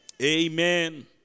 Amen